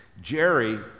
jerry